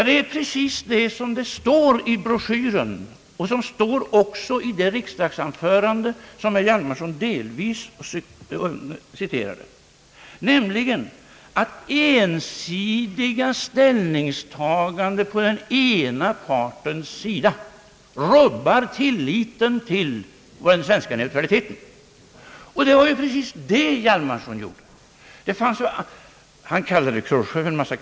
Det är precis det som står i broschyren, och det står även i det riksdagsanförande som herr Holmberg delvis citerade, nämligen att ensidiga ställningstaganden från den ena partens sida rubbar tilliten till den svenska neutraliteten, och det var ju precis det som herr Hjalmarson gjorde.